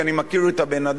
כי אני מכיר את הבן-אדם,